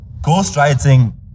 ghostwriting